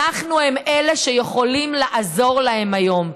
אנחנו אלה שיכולים לעזור להם היום.